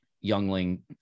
youngling